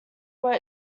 were